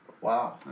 Wow